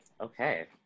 okay